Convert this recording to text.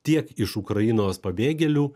tiek iš ukrainos pabėgėlių